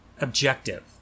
objective